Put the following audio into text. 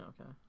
Okay